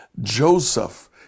Joseph